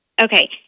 Okay